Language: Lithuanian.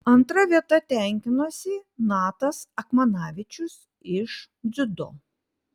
antra vieta tenkinosi natas akmanavičius iš dziudo